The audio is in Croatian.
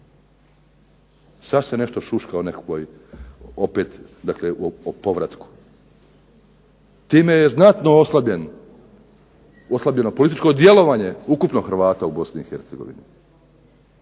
Sad se nešto šuška o nekakvoj opet dakle o povratku. Time je znatno oslabljen, oslabljeno političko djelovanje ukupno Hrvata u Bosni